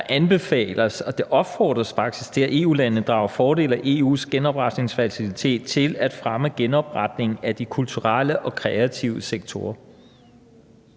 anbefales det, der opfordres faktisk til, at EU-landene drager fordel af EU's genopretningsfacilitet til at fremme genopretningen af de kulturelle og kreative sektorer.